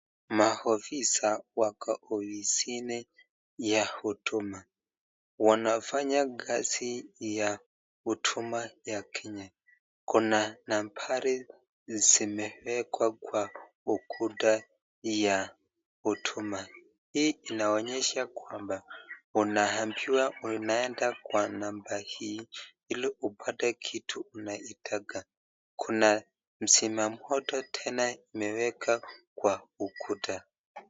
Maaofisa wako ofisini ya huduma wanafanya kazi ya huduma ya Kenya kuna nambari zimewekwa kwa ukuta ya huduma, hii inaonyesha kwamba unaambiwa unaenda kwa namba hii ili upate kitu unaitaka, kuna msima moto tena imewekwa kwa ukuta.